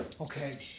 Okay